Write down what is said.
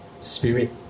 Spirit